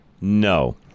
No